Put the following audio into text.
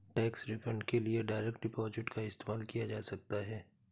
tax refund के लिए direct deposit का इस्तेमाल किया जा सकता हैं